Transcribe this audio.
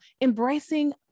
Embracing